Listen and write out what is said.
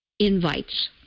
Invites